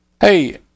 Hey